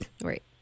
Right